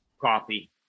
Coffee